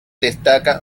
destaca